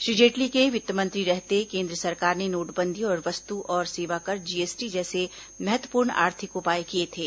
श्री जेटली के वित्त मंत्री रहते केन्द्र सरकार ने नोटबंदी और वस्तु और सेवाकर जीएसटी जैसे महत्वपूर्ण आर्थिक उपाय किये थे